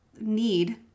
need